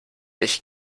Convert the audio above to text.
ich